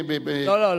לא,